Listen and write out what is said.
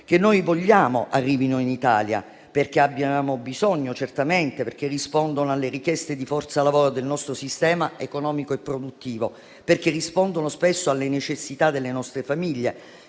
che noi vogliamo arrivino in Italia, perché ne abbiamo bisogno certamente, perché rispondono alle richieste di forza lavoro del nostro sistema economico e produttivo e spesso alle necessità delle nostre famiglie,